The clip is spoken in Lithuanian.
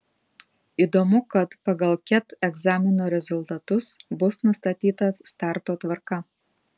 įdomu kad pagal ket egzamino rezultatus bus nustatyta starto tvarka